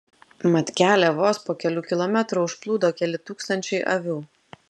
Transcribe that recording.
mat kelią vos po kelių kilometrų užplūdo keli tūkstančiai avių